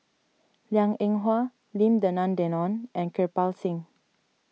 Liang Eng Hwa Lim Denan Denon and Kirpal Singh